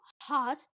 hot